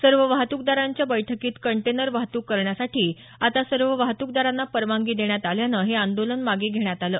सर्व वाहतूकदारांची बैठकीत कंटेरनर वाहतूक करण्यासाठी आता सर्व वाहतूकदारांना परवानगी देण्यात आल्यानं हे आंदोलन मागं घेण्यात आलं